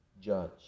judge